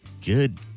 Good